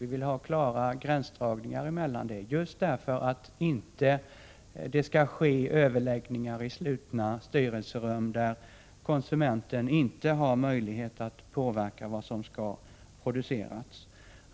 Vi vill ha klara gränsdragningar däremellan, just därför att det inte skall ske överläggningar i slutna styrelserum, där konsumenten inte har möjlighet att påverka vad som skall produceras.